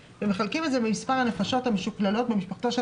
חלקי מספר הנפשות המשוקללות הסטנדרטיות במשפחתו של